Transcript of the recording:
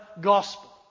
gospel